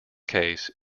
case